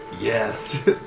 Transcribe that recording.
Yes